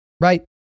Right